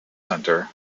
centre